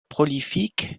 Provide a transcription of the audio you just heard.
prolifique